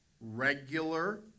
regular